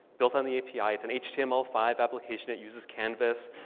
built on the api. it's an h t m l five application. it uses canvas.